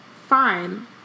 Fine